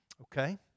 Okay